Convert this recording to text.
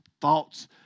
thoughts